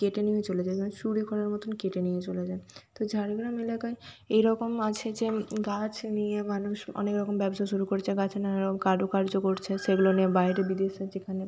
কেটে নিয়েও চলে যায় চুরি করার মতন কেটে নিয়ে চলে যায় তো ঝাড়গ্রাম এলাকায় এরকম আছে যে গাছ নিয়ে মানুষ অনেক রকম ব্যবসা শুরু করেছে গাছে নানা কারুকার্য করছে সেগুলো নিয়ে বাইরে বিদেশে যেখানে